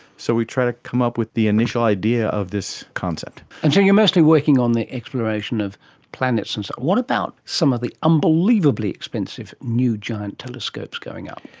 so we try to come up with the initial idea of this concept. and so you are mostly working on the exploration of planets and so on. what about some of the unbelievably expensive new giant telescopes going up?